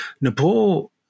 Nepal